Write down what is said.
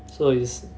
so is